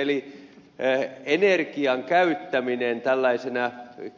eli energian käyttäminen tällaisena